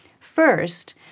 First